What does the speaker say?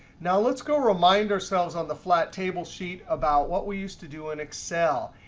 now let's go remind ourselves on the flat table sheet about what we used to do in excel.